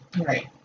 right